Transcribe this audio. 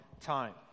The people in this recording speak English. time